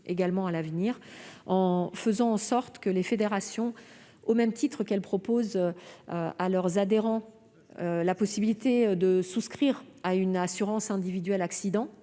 de l'être à l'avenir, en faisant en sorte que les fédérations, au même titre qu'elles invitent leurs adhérents à souscrire une assurance individuelle accident,